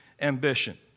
ambition